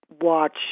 watch